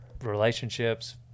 relationships